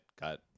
got